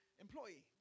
employee